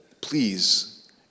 please